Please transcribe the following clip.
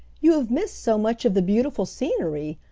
you have missed so much of the beautiful scenery,